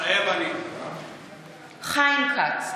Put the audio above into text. מתחייב אני חיים כץ,